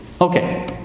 Okay